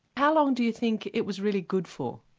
how long do you think it was really good for?